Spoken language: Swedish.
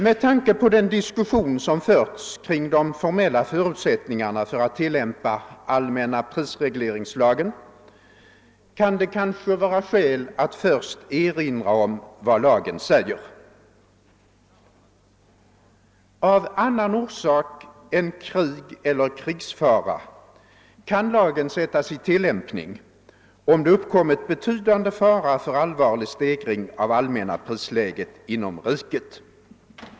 Med tanke på den diskussion som förts kring de formella förutsättningarna för att tillämpa allmänna prisregleringslagen kan det kanske vara skäl att först erinra om vad lagen säger. Av annan orsak än krig eller krigsfara kan lagen sättas i tillämpning om det »uppkommit betydande fara för allvarlig stegring av allmänna prisläget inom riket».